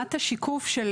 שברמת השיקוף של